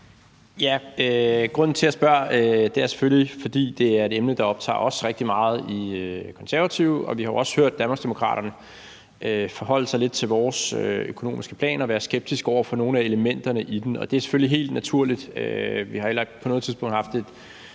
Grunden til, at jeg spørger, er selvfølgelig, at det er et emne, der optager os rigtig meget i Det Konservative Folkeparti. Vi har jo også hørt Danmarksdemokraterne forholde sig lidt til vores økonomiske plan og være skeptisk over for nogle af elementerne i den. Det er selvfølgelig helt naturligt. Vi har heller ikke på noget tidspunkt haft en